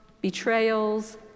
betrayals